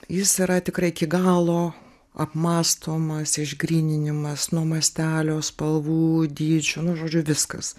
jis yra tikrai iki galo apmąstomas išgryninimas nuo mastelio spalvų dydžių nu žodžiu viskas